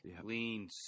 Clean